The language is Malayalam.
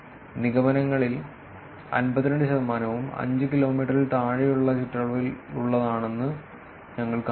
നിഗമനങ്ങളിൽ 52 ശതമാനവും 5 കിലോമീറ്ററിൽ താഴെയുള്ള ചുറ്റളവിലുള്ളതാണെന്ന് ഞങ്ങൾ കണ്ടെത്തുന്നു